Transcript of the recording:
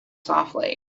softly